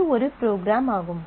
இது ஒரு ப்ரோக்ராம் ஆகும்